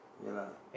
ya lah